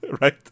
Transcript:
Right